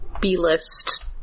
B-list